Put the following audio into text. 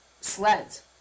sleds